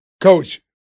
coach